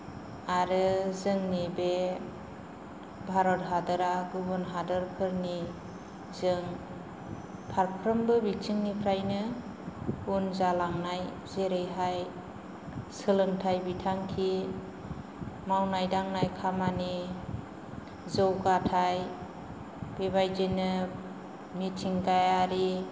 आरो जोंनि बे भारत हादरा गुबुन हादरफोरनिजों फारफ्रोमबो बिथिंनिफ्रायनो उन जालांनाय जेरैहाय सोलोंथाय बिथांखि मावनाय दांनाय खामानि जौगाथाय बेबायदिनो मिथिंगायारि